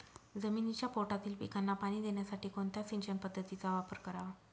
जमिनीच्या पोटातील पिकांना पाणी देण्यासाठी कोणत्या सिंचन पद्धतीचा वापर करावा?